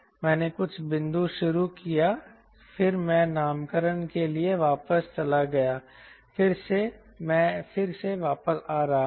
मैंने कुछ बिंदु शुरू किया फिर मैं नामकरण के लिए वापस चला गया फिर से मैं फिर से वापस आ रहा हूं